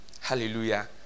Hallelujah